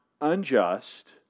unjust